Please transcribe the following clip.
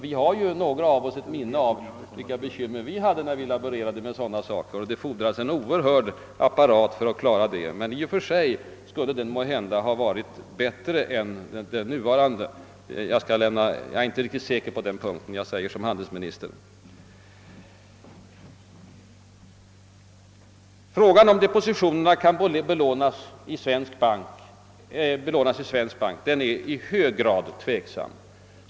Några av oss har ju ett minne av vilka bekymmer vi hade när vi laborerade med sådana saker — det fordras en oerhörd apparat för att klara dem. Om depositionerna kan belånas i svensk bank är i hög grad tveksamt.